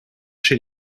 chez